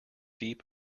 deep